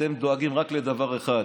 אתם דואגים רק לדבר אחד,